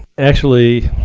actually,